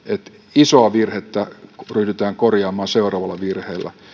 isoa virhettä ryhdytään korjaamaan seuraavalla virheellä